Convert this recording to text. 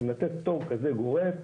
עם לתת פטור כזה גורף,